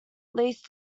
least